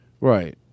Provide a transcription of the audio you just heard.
Right